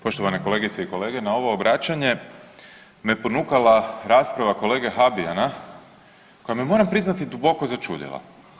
Poštovane kolegice i kolege na ovo obraćanje me ponukala rasprava kolege Habijana koja me moram priznati duboko začudila.